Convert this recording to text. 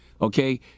Okay